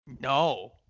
No